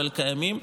אבל קיימים,